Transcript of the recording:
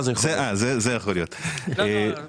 זה לא שיש רשימת קונים אין-סופית,